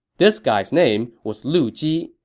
this guy's name was lu ji,